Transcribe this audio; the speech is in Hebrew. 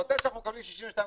ודא שאנחנו מקבלים 62 אגורות,